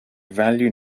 value